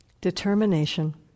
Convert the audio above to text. determination